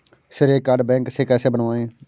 श्रेय card bank से कैसे बनवाएं?